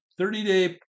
30-day